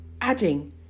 adding